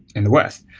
in the west,